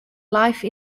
life